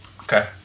Okay